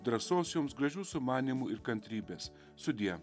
drąsos jums gražių sumanymų ir kantrybės sudie